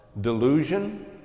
delusion